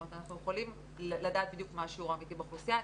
אנחנו יכולים לדעת בדיוק מה השיעור האמיתי באוכלוסייה.